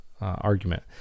argument